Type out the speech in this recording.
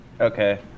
Okay